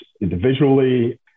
individually